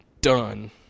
done